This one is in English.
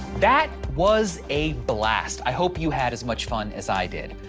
that was a blast. i hope you had as much fun as i did.